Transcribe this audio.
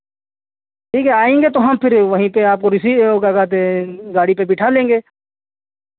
ठीक हैं आएंगे तो हम फिर वहीं पे आपको रिसीव क्या कहते हैं गाड़ी पे बिठा लेंगे